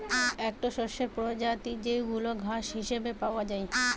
একটো শস্যের প্রজাতি যেইগুলা ঘাস হিসেবে পাওয়া যায়